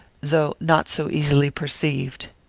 though not so easily perceived.